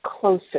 closer